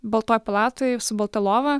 baltoj palatoj su balta lova